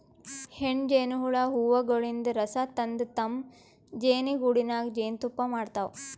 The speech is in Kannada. ಹೆಣ್ಣ್ ಜೇನಹುಳ ಹೂವಗೊಳಿನ್ದ್ ರಸ ತಂದ್ ತಮ್ಮ್ ಜೇನಿಗೂಡಿನಾಗ್ ಜೇನ್ತುಪ್ಪಾ ಮಾಡ್ತಾವ್